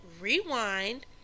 rewind